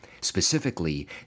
Specifically